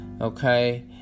okay